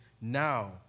now